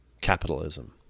capitalism